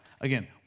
Again